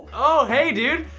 oh, hey, dude!